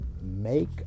make